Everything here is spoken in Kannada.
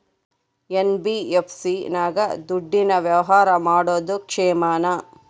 ಎನ್.ಬಿ.ಎಫ್.ಸಿ ನಾಗ ದುಡ್ಡಿನ ವ್ಯವಹಾರ ಮಾಡೋದು ಕ್ಷೇಮಾನ?